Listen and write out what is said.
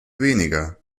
weniger